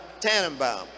Tannenbaum